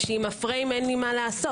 עם הפריים אין לי מה לעשות.